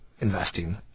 investing